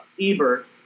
Eber